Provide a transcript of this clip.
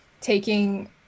taking